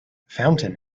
fountain